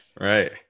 Right